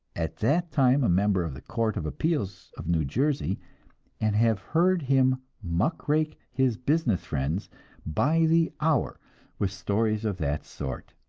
at that time a member of the court of appeals of new jersey and have heard him muck-rake his business friends by the hour with stories of that sort.